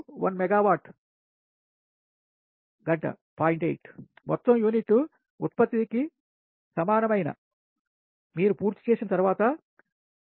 8x1మెగావాట్ గంట08 మొత్తం యూనిట్ ఉత్పత్తికి సమానమైన మీరు పూర్తి చేసిన తర్వాత 37